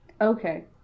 okay